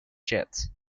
jets